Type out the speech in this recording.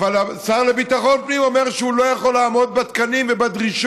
אבל השר לביטחון פנים אומר שהוא לא יכול לעמוד בתקנים ובדרישות.